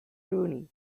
rooney